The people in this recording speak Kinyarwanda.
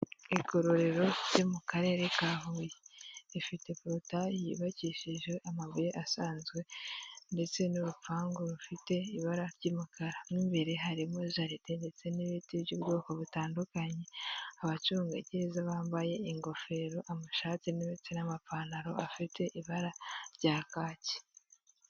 Igororero ryo mu karere ka Huye rifite porotaye yubakishije amabuye asanzwe ndetse n'urupangu rufite ibara ry'umukara, mo imbere harimo jaride ndetse n'ibiti by'ubwoko butandukanye, abacungagereza bambaye ingofero, amashati ndetse n'amapantaro afite ibara rya kaki.